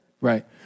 Right